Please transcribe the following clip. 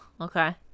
okay